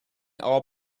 our